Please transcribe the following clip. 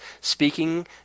speaking